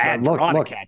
Look